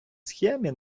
схемі